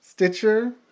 Stitcher